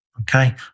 Okay